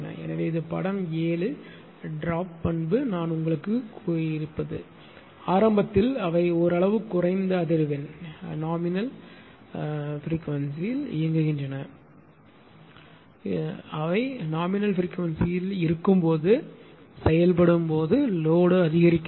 எனவே இது படம் 7 ட்ரோப் பண்பு நான் உங்களுக்கு சொன்னது ஆரம்பத்தில் அவை ஓரளவு குறைந்த அதிர்வெண் f 0 இல் இயங்குகின்றன இது ஓரளவு குறைந்த அதிர்வெண் f 0 இல் இருக்கும் போது செயல்படும் போது லோடு அதிகரிக்கிறது